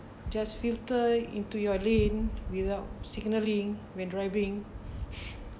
just filter into your lane without signaling when driving